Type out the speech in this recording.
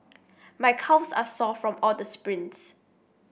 my calves are sore from all the sprints